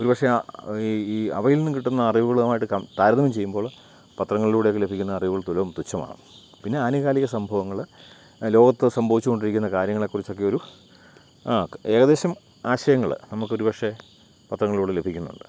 ഒരുപക്ഷേ ഈ ഈ അവയിൽ നിന്നും കിട്ടുന്ന അറിവുകളുമായിട്ട് താരതമ്യം ചെയ്യുമ്പോൾ പത്രങ്ങളിലൂടെയൊക്കെ ലഭിക്കുന്ന അറിവുകൾ തുലോം തുച്ഛമാണ് പിന്നെ ആനുകാലിക സംഭവങ്ങൾ ലോകത്ത് സംഭവിച്ചുകൊണ്ടിരിക്കുന്ന കാര്യങ്ങളെക്കുറിച്ചൊക്കെ ഒരു ആ ഏകദേശം ആശയങ്ങൾ നമുക്ക് ഒരുപക്ഷേ പത്രങ്ങളിലൂടെ ലഭിക്കുന്നുണ്ട്